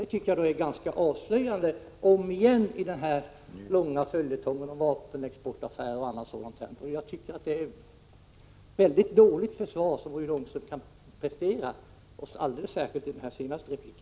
Jag tycker att det som skett är väldigt avslöjande, efter den långa följetong vi haft om vapenexportaffärer och annat. Det är också ett dåligt försvar Rune Ångström presterar, alldeles särskilt i den senaste repliken.